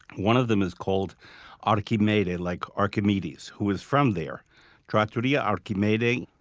one of them is called archimede like archimedes, who is from there trattoria archimede.